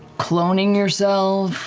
cloning yourself.